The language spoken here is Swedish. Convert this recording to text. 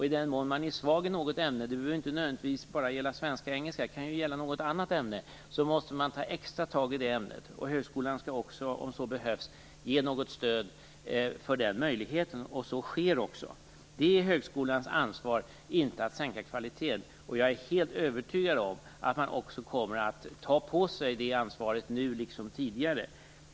I den mån man är svag i något ämne - det behöver inte nödvändigtvis bara gälla svenska eller engelska, utan det kan gälla också något annat ämne - måste man ta extra tag i det ämnet. Högskolan skall också, om så behövs, ge stöd för detta, och så sker också. Det är högskolans ansvar, inte att sänka kvaliteten. Jag är helt övertygad om att man också, nu liksom tidigare, kommer att ta på sig det ansvaret.